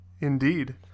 Indeed